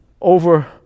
over